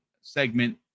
segment